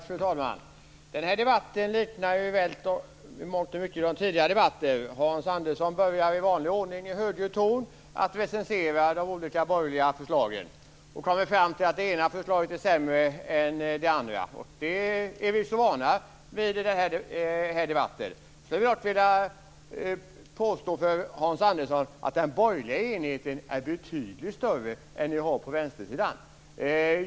Fru talman! Den här debatten liknar i mångt och mycket tidigare debatter. Hans Andersson börjar i vanlig ordning att med högljudd ton recensera de olika borgerliga förslagen och kommer fram till att det ena förslaget är sämre än det andra. Det är vi ju så vana vid i sådana här debatter. Jag skulle dock vilja påstå att den borgerliga enigheten är betydligt större än den enighet ni har på vänstersidan.